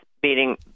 beating